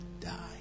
die